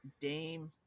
Dame